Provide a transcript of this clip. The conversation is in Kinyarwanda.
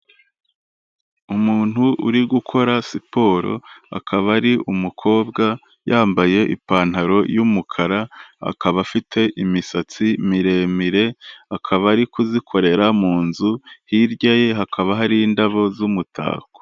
Umuntu uri gukora siporo, akaba ari umukobwa yambaye ipantaro y'umukara, akaba afite imisatsi miremire, akaba ari kuzikorera mu nzu, hirya ye hakaba hari indabo z'umutako.